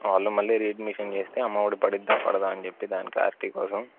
వాళ్ళు మళ్ళీ readmission చేస్తే అమ్మ వడి పడిద్దా పడదా అని చెప్పి దాని క్లారిటీ కోసం